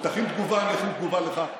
תכין תגובה, אני אכין תגובה לך.